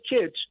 kids